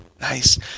Nice